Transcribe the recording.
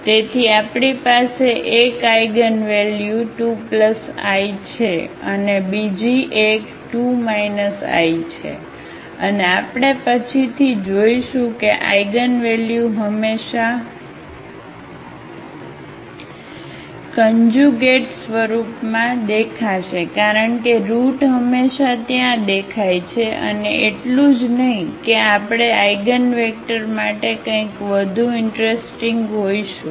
તેથી આપણી પાસે 1 આઈગન વેલ્યુ 2 i છે અને બીજી એક 2 i છે અને આપણે પછીથી જોઈશું કે આઇગનવેલ્યુ હંમેશાં કન્જ્યુગેટ સ્વરૂપમાં દેખાશે કારણ કે રુટ હંમેશા ત્યાં દેખાય છે અને એટલું જ નહીં કે આપણે આઇગનવેક્ટર માટે કંઈક વધુ ઈંટરસ્ટિંગ હોઈશું